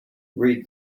read